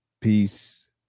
Peace